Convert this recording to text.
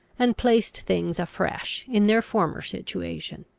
and placed things afresh in their former situation.